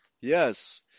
Yes